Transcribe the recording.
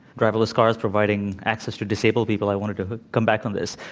driverless cars providing access to disabled people. i wanted to come back on this.